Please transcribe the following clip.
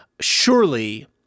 surely